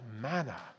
manner